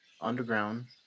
underground